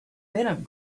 venom